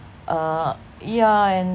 uh yeah and